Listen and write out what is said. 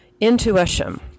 Intuition